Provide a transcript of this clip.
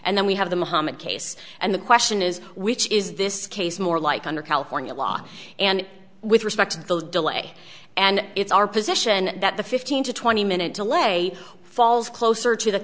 and then we have the muhammad case and the question is which is this case more like under california law and with respect to those delay and it's our position that the fifteen to twenty minute delay falls closer to the